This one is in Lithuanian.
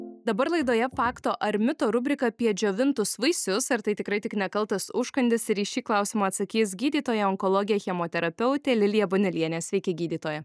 dabar laidoje fakto ar mito rubrika apie džiovintus vaisius ar tai tikrai tik nekaltas užkandis ir į šį klausimą atsakys gydytoja onkologė chemoterapeutė lilija baniulienė sveiki gydytoja